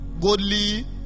Godly